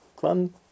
fun